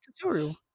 tutorial